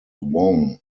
wong